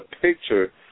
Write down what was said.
picture